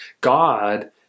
God